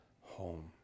home